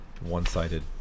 one-sided